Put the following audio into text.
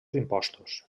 impostos